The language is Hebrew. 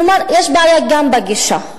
כלומר, יש בעיה גם בגישה,